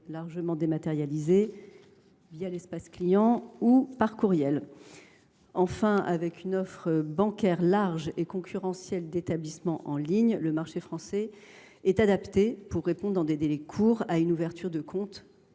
largement dématérialisés l’espace client ou par courriel. Enfin, avec une offre bancaire large et concurrentielle d’établissements en ligne, le marché français est adapté pour répondre dans des délais courts à une ouverture de compte, même opérée